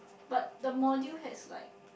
but the module has like